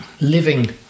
living